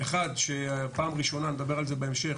אחד שפעם ראשונה ונדבר על זה בהמשך